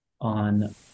on